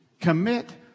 commit